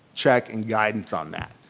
check and guidance on that.